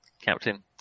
Captain